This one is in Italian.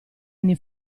anni